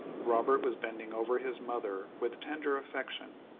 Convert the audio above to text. robert was bending over his mother with tender affection,